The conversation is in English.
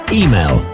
email